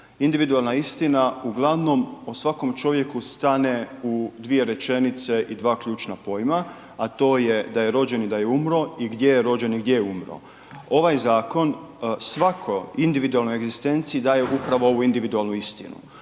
Individualna istina uglavnom o svakom čovjeku stane u dvije rečenice i dva ključna pojma, a to je da je rođen i da je umro i gdje je rođen i gdje je umro. Ovaj zakon svakoj individualnoj egzistenciji daje upravo ovu individualnu istinu,